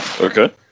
Okay